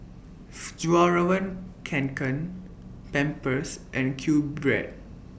Fjallraven Kanken Pampers and QBread